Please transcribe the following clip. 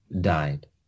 died